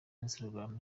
instagram